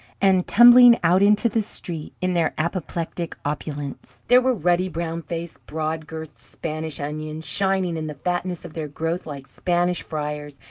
and tumbling out into the street in their apoplectic opulence. there were ruddy, brown-faced, broad-girthed spanish onions, shining in the fatness of their growth like spanish friars,